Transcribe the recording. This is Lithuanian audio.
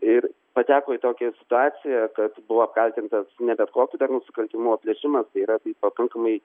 ir pateko į tokią situaciją kad buvo apkaltintas ne bet kokiu dar nusikaltimu o plėšima yra tai pakankamai